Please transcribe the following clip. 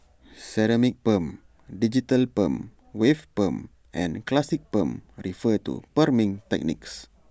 ceramic perm digital perm wave perm and classic perm refer to perming techniques